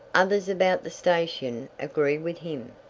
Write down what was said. others about the station agree with him.